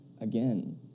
again